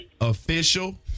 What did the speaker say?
Official